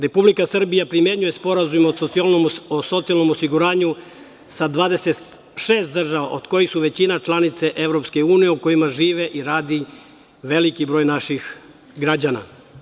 Republika Srbija primenjuje sporazume o socijalnom osiguranju sa 26 država, od kojih su većina članice EU u kojima živi i radi veliki broj naših građana.